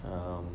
um